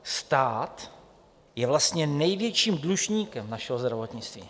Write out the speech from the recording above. Stát je vlastně největším dlužníkem našeho zdravotnictví.